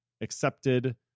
accepted